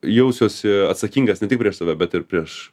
jausiuosi atsakingas ne tik prieš save bet ir prieš